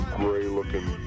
gray-looking